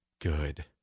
Good